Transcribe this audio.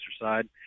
side